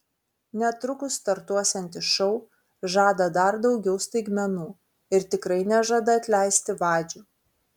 netrukus startuosiantis šou žada dar daugiau staigmenų ir tikrai nežada atleisti vadžių